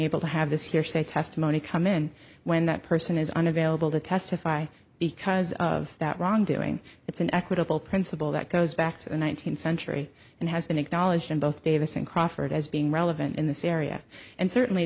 to have this hearsay testimony come in when that person unavailable to testify because of that wrongdoing it's an equitable principle that goes back to the nineteenth century and has been acknowledged in both davis and crawford as being relevant in this area and certainly